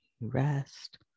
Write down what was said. rest